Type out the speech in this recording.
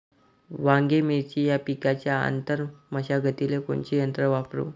वांगे, मिरची या पिकाच्या आंतर मशागतीले कोनचे यंत्र वापरू?